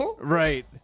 Right